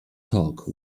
talk